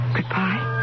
Goodbye